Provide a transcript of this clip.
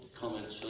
comments